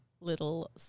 little